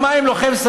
מה הם עשו לכם?